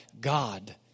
God